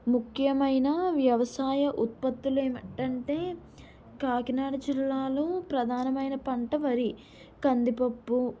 ముఖ్యమైన వ్యవసాయ ఉత్పత్తులు ఏమిటంటే కాకినాడ జిల్లాలో ప్రధానమైన పంట వరి కందిపప్పు